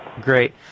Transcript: great